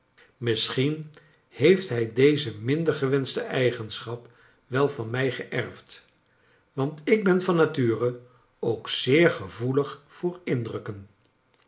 misschien heeft hij deze minder gewenschte eigenschap wel van mij geerfd want ik ben van nature ook zeer gevoelig voor indrukken